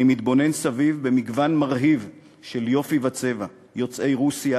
אני מתבונן סביב במגוון מרהיב של יופי וצבע: יוצאי רוסיה,